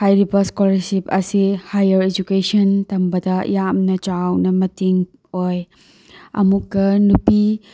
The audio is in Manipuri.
ꯍꯥꯏꯔꯤꯕ ꯏꯁꯀꯣꯂꯥꯔꯁꯤꯞ ꯑꯁꯤ ꯍꯥꯏꯌꯔ ꯏꯗꯨꯀꯦꯁꯟ ꯇꯝꯕꯗ ꯌꯥꯝꯅ ꯆꯥꯎꯅ ꯃꯇꯦꯡ ꯑꯣꯏ ꯑꯃꯨꯛꯀ ꯅꯨꯄꯤ